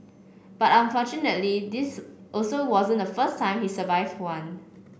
but unfortunately this also wasn't the first time he survive one